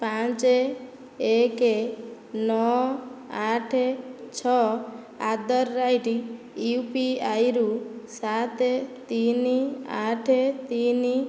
ପାଞ୍ଚ ଏକ ନଅ ଆଠ ଛଅ ଆଟ୍ ଦ ରେଟ୍ ୟୁପିଆଇରୁୁ ସାତ ତିନି ଆଠ ତିନି